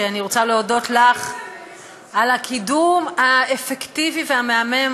ואני רוצה להודות לך על הקידום האפקטיבי והמהמם,